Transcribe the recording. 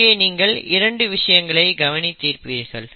இங்கே நீங்கள் 2 விஷயங்களை கவனித்திருப்பீர்கள்